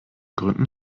gründen